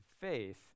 faith